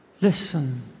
Listen